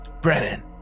Brennan